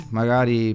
magari